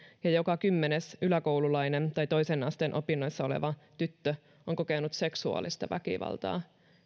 ja joka kymmenes yläkoululainen tai toisen asteen opinnoissa oleva tyttö on kokenut seksuaalista väkivaltaa